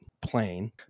plane